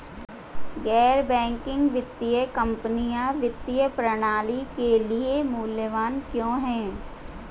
गैर बैंकिंग वित्तीय कंपनियाँ वित्तीय प्रणाली के लिए मूल्यवान क्यों हैं?